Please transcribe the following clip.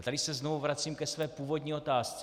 A tady se znovu vracím ke své původní otázce.